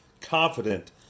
confident